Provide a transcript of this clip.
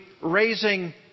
raising